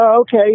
Okay